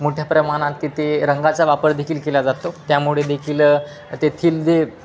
मोठ्या प्रमाणात तिथे रंगाचा वापर देखील केला जातो त्यामुळे देखील तेथील जे